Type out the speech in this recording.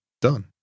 Done